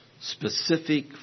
Specific